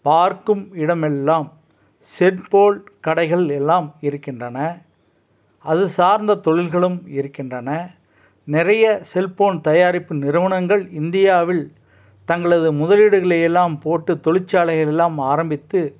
பார்க்கும் இடம் எல்லாம் செல்போன் கடைகள் எல்லாம் இருக்கின்றன அது சார்ந்த தொழில்களும் இருக்கின்றன நெறைய செல்போன் தயாரிப்பு நிறுவனங்கள் இந்தியாவில் தங்களது முதலீடுகளை எல்லாம் போட்டு தொழிற்சாலைகள் எல்லாம் ஆரம்பித்து